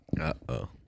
Uh-oh